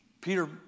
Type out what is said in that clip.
Peter